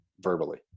verbally